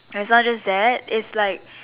is not just that it's like